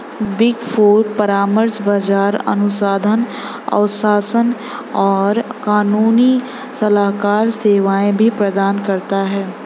big four परामर्श, बाजार अनुसंधान, आश्वासन और कानूनी सलाहकार सेवाएं भी प्रदान करता है